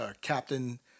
captain